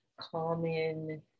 common